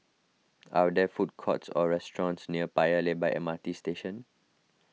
are there food courts or restaurants near Paya Lebar M R T Station